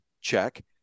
check